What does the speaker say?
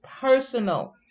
personal